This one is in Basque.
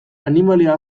animalia